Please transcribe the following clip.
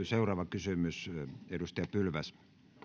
seuraava kysymys edustaja pylväs